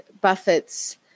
Buffett's